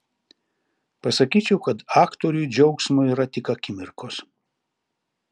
pasakyčiau kad aktoriui džiaugsmo yra tik akimirkos